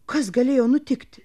kas galėjo nutikti